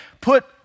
put